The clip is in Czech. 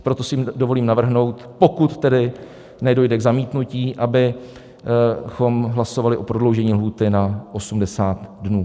Proto si dovolím navrhnout, pokud tedy nedojde k zamítnutí, abychom hlasovali o prodloužení lhůty na 80 dnů.